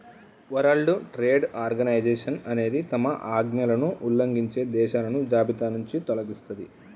world Trade Organization అనేది తమ ఆజ్ఞలను ఉల్లంఘించే దేశాలను జాబితానుంచి తొలగిస్తది